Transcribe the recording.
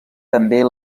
també